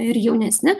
ir jaunesni